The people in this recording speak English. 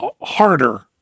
harder